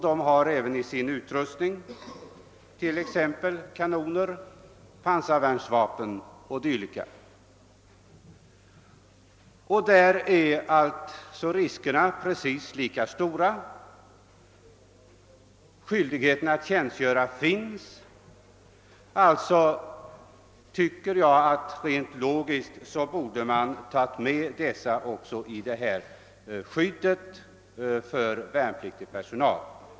Det har därför i sin utrustning även kanoner, pansarvärnsvapen o. s. v. Riskerna är alltså precis lika stora i hemvärnet, och skyldighet att tjänstgöra föreligger som sagt. Därför tycker jag det är helt logiskt att också hemvärnet skall tas med i det skydd som gäller för värnpliktig personal.